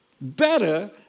better